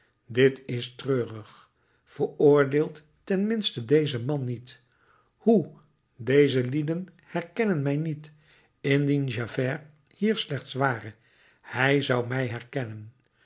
dit is treurig veroordeelt ten minste dezen man niet hoe deze lieden herkennen mij niet indien javert hier slechts ware hij zou mij herkennen